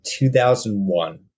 2001